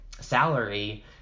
salary